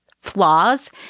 flaws